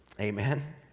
amen